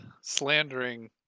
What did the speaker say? slandering